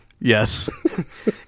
yes